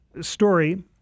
Story